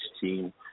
team